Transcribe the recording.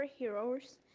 superheroes